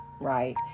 right